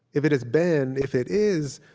if it has been, if it is,